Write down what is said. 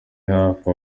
hafi